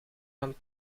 van